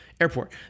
airport